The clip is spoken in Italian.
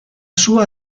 sua